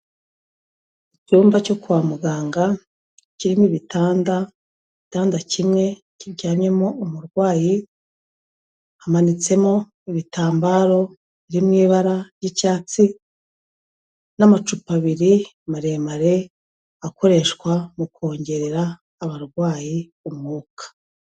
Icyumba cyo kwa muganga kirimo ibitanda, igitanda kimwe kiryamyemo umurwayi, hamanitsemo ibitambaro biri mu ibara ry'icyatsi n'amacupa abiri maremare akoreshwa mu kongerera abarwayi umwuka.